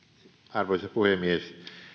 arvoisa puhemies